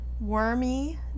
wormy